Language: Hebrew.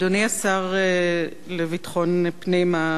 אדוני השר לביטחון פנים,